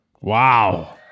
Wow